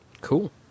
Cool